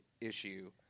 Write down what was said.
issue